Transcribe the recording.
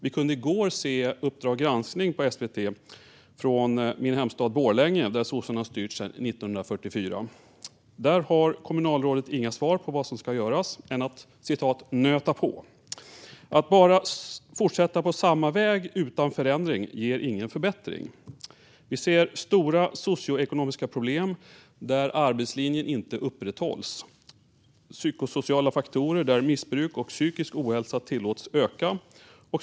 Vi kunde i går se Uppdrag granskning på SVT från min hemstad Borlänge, där sossarna har styrt sedan 1944. Där har kommunalrådet inga andra svar på vad som ska göras än att man ska "nöta på". Att bara fortsätta på samma väg utan förändring ger ingen förbättring. Vi ser stora socioekonomiska problem där arbetslinjen inte upprätthålls och psykosociala faktorer där missbruk och psykisk ohälsa tillåts öka.